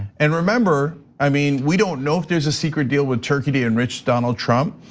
and remember, i mean, we don't know if there's a secret deal with turkey and rich donald trump.